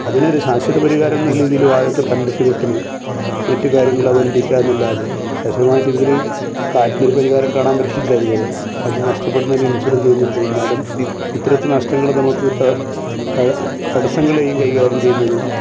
അതിനൊരു ശാശ്വത പരിഹാരം എന്ന രീതിയിൽ വാഴക്ക് തണ്ടിട്ട് കെട്ടല് മറ്റ് കാര്യങ്ങൾ അവലംബിക്കാമെന്നല്ലാതെ ശാശ്വതമായിട്ട് ഇതിന് കാറ്റിന് ഒരു പരിഹാരം കാണാൻ പറ്റിയില്ല ഇതുവരെ അത് നഷ്ടപെടുന്നതിന് ഇൻഷുറ് ചെയ്യുന്നുണ്ട് എന്നാലും ഇത്തരത്തിൽ നഷ്ടങ്ങൾ നമുക്ക് തട തട തടസ്സങ്ങളെയും കൈകാര്യം ചെയ്യുന്നത്